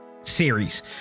series